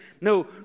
No